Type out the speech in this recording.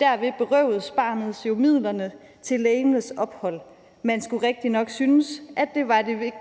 Derved berøvedes barnet jo midlerne til legemets ophold; man skulle rigtignok synes, at det var det